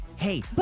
Hey